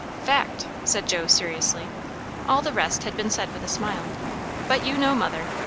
fact! said joe seriously all the rest had been said with a smile but you know mother.